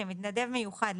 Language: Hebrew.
מתנדב מיוחד,